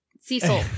Cecil